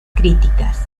críticas